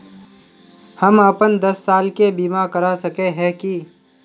हम अपन दस साल के बीमा करा सके है की?